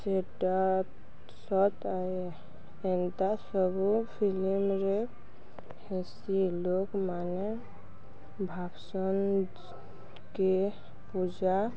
ସେଟା ସତ୍ ଆଏ ଏନ୍ତା ସବୁ ଫିଲିମ୍ରେ ହେସି ଲୋକମାନେ ଭାବ୍ସନ୍କେ ପୂଜା